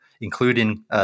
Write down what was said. including